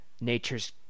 nature's